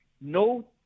no